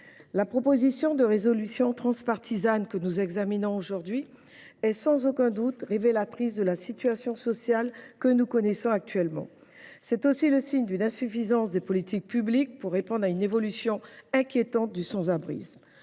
la proposition de résolution transpartisane que nous examinons aujourd’hui est, sans aucun doute, révélatrice de la situation sociale que nous connaissons actuellement. C’est aussi le signe d’une insuffisance des politiques publiques pour répondre à une évolution inquiétante du sans abrisme.